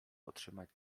otrzymać